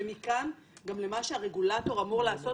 ומכאן גם למה שהרגולטור אמור לעשות,